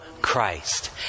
Christ